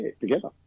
together